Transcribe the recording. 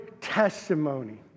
testimony